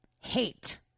hate